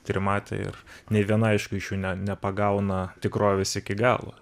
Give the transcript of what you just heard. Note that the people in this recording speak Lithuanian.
trimatė ir nei viena aišku iš jų nepagauna tikrovės iki galo